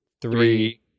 Three